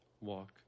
walk